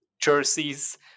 jerseys